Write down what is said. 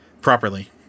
properly